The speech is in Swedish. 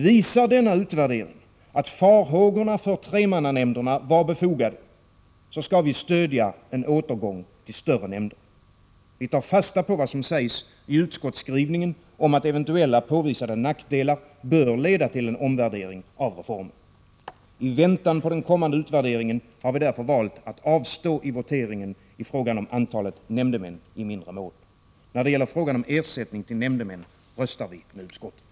Visar denna utvärdering att farhågorna för tremannanämnderna var befogade, skall vi stödja en återgång till större nämnder. Vi tar fasta på vad som sägs i utskottsskrivning en om att eventuella påvisade nackdelar bör leda till en omvärdering av reformen. I väntan på den kommande utvärderingen har vi därför valt att avstå i voteringen i fråga om antalet nämndemän i mindre mål. När det gäller frågan om ersättning till nämndemän röstar vi med utskottet.